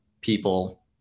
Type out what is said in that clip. people